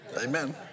Amen